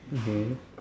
okay